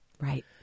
Right